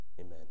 Amen